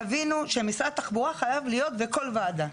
תבינו שמשרד התחבורה חייב להיות בכל ועדה,